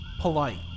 polite